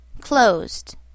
closed